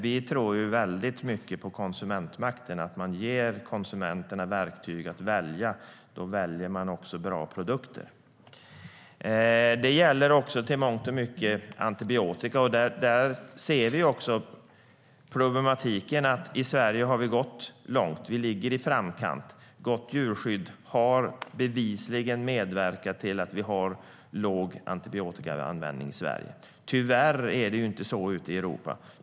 Vi tror väldigt mycket på konsumentmakt. Om vi ger konsumenterna verktyg att välja kommer de också att välja bra produkter. Tyvärr är det inte så ute i Europa.